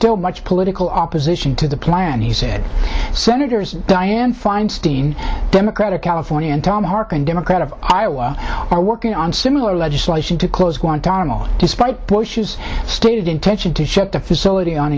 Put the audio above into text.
still much political opposition to the plan he said senators dianne feinstein democrat of california and tom harkin democrat of iowa are working on similar legislation to close guantanamo despite bush's stated intention to shut the facility on